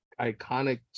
iconic